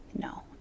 no